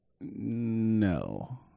No